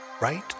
Right